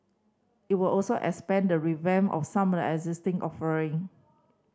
it will also expand the revamp of some existing offering